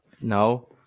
No